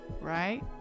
right